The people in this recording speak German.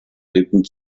lippen